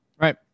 Right